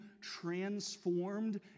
transformed